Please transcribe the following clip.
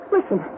Listen